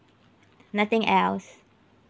nothing else